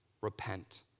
repent